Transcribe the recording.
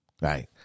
right